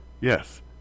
Yes